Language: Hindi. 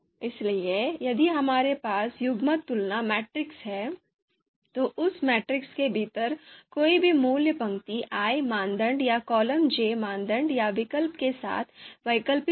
इसलिए यदि हमारे पास युग्मक तुलना मैट्रिक्स है तो उस मैट्रिक्स के भीतर कोई भी मूल्य पंक्ति i मानदंड या कॉलम j मानदंड या विकल्प के साथ वैकल्पिक होगा